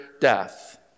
death